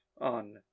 on